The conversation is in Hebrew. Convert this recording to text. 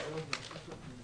בשעה 13:00.